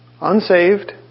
unsaved